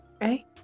Right